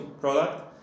product